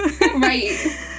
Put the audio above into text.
Right